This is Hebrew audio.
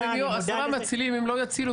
גם אם יהיו 10 מצילים הם לא יצילו...